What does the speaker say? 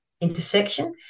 intersection